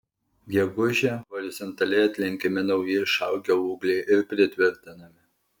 gegužę horizontaliai atlenkiami nauji išaugę ūgliai ir pritvirtinami